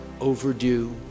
overdue